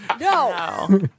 No